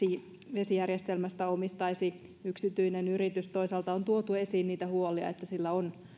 vesijärjestelmästä omistaisi yksityinen yritys toisaalta on tuotu esiin huolia siitä että sillä